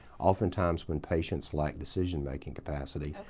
oftentimes when patients lack decision making capacity,